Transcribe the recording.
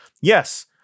Yes